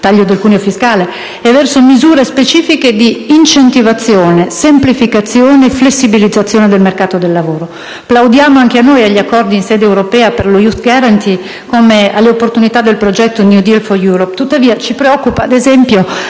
taglio del cuneo fiscale - e verso misure specifiche di incentivazione, semplificazione e flessibilizzazione del mercato del lavoro. Plaudiamo anche noi agli accordi in sede europea per lo *Youth Guarantee*, come alle opportunità del progetto «*New deal for Europe*»; tuttavia ci preoccupa, ad esempio,